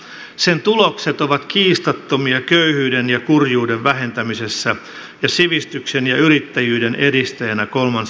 sen tulokset ovat kiistattomia köyhyyden ja kurjuuden vähentämisessä ja sivistyksen ja yrittäjyyden edistämisessä kolmansissa maissa